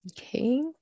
Okay